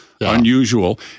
unusual